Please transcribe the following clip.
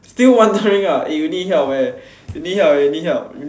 still wondering ah eh you need help eh you need help you need help